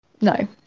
no